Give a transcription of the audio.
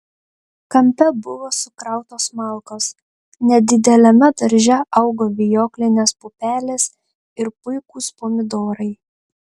kampe buvo sukrautos malkos nedideliame darže augo vijoklinės pupelės ir puikūs pomidorai